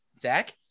Zach